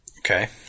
Okay